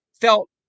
felt